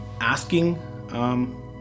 asking